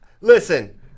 listen